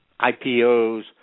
IPOs